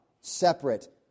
separate